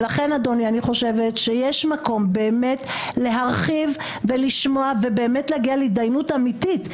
לכן אני חושבת שיש מקום להרחיב ולשמוע ובאמת להגיע להתדיינות אמיתית.